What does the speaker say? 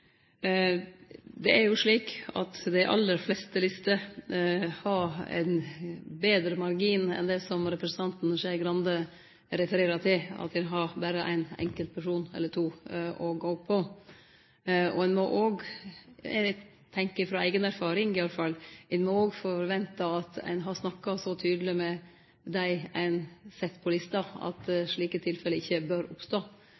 Det er jo slik at dei aller fleste lister har ein betre margin enn det som representanten Skei Grande refererer til: at ein har berre ein enkeltperson eller to å gå på. Ein må òg vente – eg tenkjer ut frå eiga erfaring, iallfall – at ein har snakka så tydeleg med dei ein set på lista, at slike tilfelle ikkje bør oppstå.